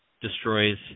destroys